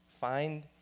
find